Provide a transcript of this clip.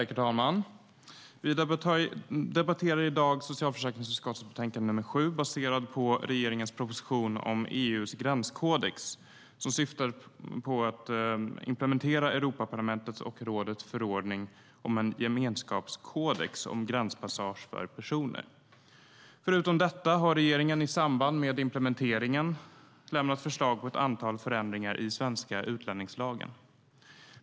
Herr talman! Vi debatterar i dag socialförsäkringsutskottets betänkande nr 7 baserad på regeringens proposition om EU:s gränskodex som syftar till att implementera Europaparlamentets och rådets förordning om en gemenskapskodex om gränspassage för personer. Förutom detta har regeringen i samband med implementeringen lämnat förslag på ett antal förändringar i den svenska utlänningslagen.